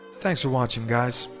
thanks for watching guys.